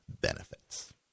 benefits